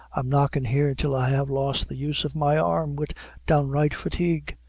i'm knocking here till i have lost the use of my arm wid downright fatigue.